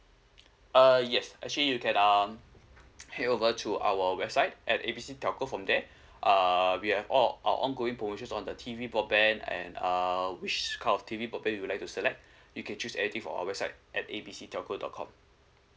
uh yes actually you can uh head over to our website at A B C telco from there uh we have all our our ongoing promotions on the T_V broadband and uh which kind of T_V broadband you would like to select you can choose anything for our website at A B C telco dot com